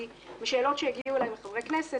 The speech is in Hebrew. כי בשאלות שהגיעו אליי מחברי הכנסת